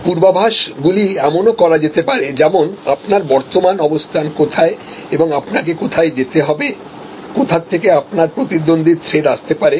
পূর্বাভাসগুলি এমনও করা যেতে পারে যেমন আপনার বর্তমান অবস্থান কোথায় এবং আপনাকে কোথায় যেতে হবেকোথা থেকে আপনার প্রতিদ্বন্দ্বীর থ্রেট আসতে পারে